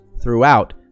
throughout